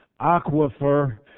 aquifer